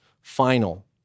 final